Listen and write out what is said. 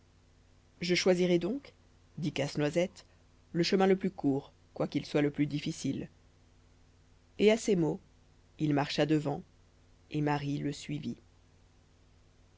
je choisirai donc dit casse-noisette le chemin le plus court quoiqu'il soit le plus difficile et à ces mots il marcha devant et marie le suivit